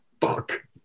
Fuck